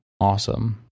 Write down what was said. Awesome